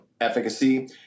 efficacy